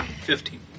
Fifteen